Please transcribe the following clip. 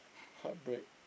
heartbreak